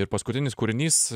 ir paskutinis kūrinys